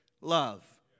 love